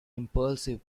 impulsive